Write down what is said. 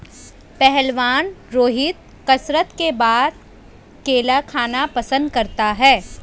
पहलवान रोहित कसरत के बाद केला खाना पसंद करता है